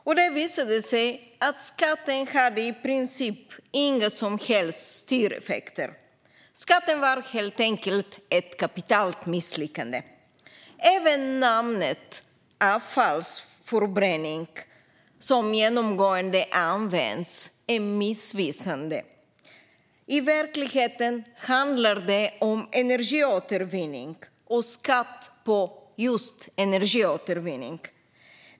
Skatten visade sig ha i princip inga som helst styreffekter. Den var helt enkelt ett kapitalt misslyckande. Även namnet avfallsförbränning, som genomgående används, är missvisande. I verkligheten handlar det om energiåtervinning och skatt på just energiåtervinning.